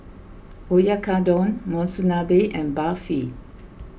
Oyakodon Monsunabe and Barfi